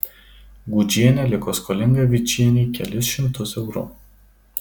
gudžienė liko skolinga vičienei kelis šimtus eurų